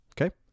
Okay